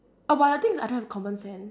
oh but the thing is I don't have common sense